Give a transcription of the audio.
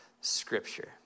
Scripture